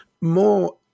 more